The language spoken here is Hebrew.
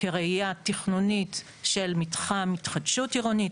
כראייה תכנונית של מתחם התחדשות עירונית,